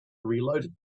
reloaded